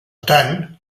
tant